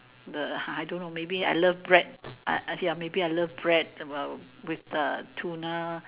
the I don't know maybe I love bread I I maybe I love bread about with the tuna